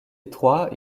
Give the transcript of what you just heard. étroit